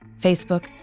Facebook